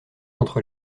entre